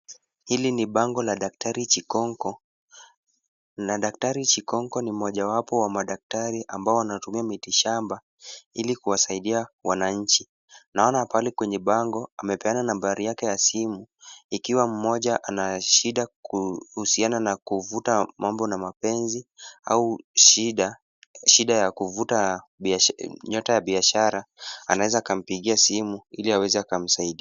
Hili ni bango la daktari Chikonko, na daktari Chikonko ni mmoja wapo wa madaktari ambao wanatumia miti shamba ili kuwasaidia wananchi. Naona pahali kwenye bango amepeana nambari yake ya simu, ikiwa moja anashida kuhusiana na kuvuta mambo na mapenzi, au shida, shida ya kuvuta biashara, nyota ya biashara, anaweza kampigia simu ili aweze akamsaidi.